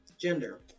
gender